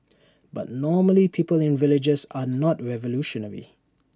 but normally people in villages are not revolutionary